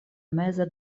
meza